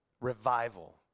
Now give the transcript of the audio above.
Revival